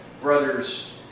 brothers